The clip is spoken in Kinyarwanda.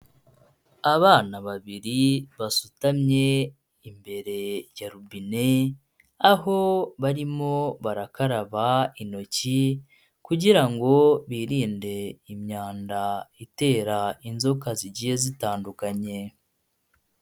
Abana babiri basutamye imbere ya robine, aho barimo barakaraba intoki kugira ngo birinde imyanda itera inzoka zigiye zitandukanye.